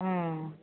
ம்